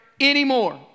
anymore